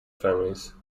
families